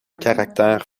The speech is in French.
caractère